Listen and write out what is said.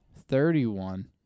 thirty-one